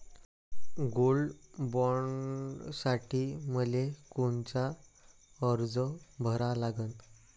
Gold बॉण्डसाठी मले कोनचा अर्ज भरा लागन?